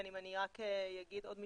אני רק אגיד עוד משפט.